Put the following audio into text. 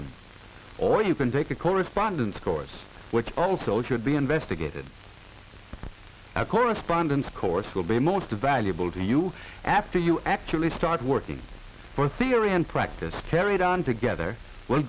them or you can take a correspondence course which also should be investigated a correspondence course will be most valuable to you after you actually start working for theory and practice carried on together w